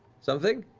something,